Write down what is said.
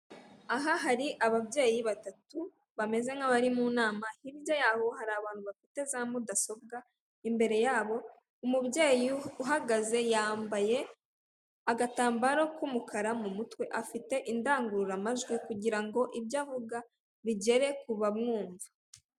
Aha hari ababyeyi batatu bameze nk'abari mu nama, hirya y'aho hari abantu bafite za mudasobwa imbere yabo, umubyeyi uhagaze yambaye agatambaro k'umukara mu mutwe. Afite indangururamajwi kugira ngo ibyo avuga bigere ku bamwumva.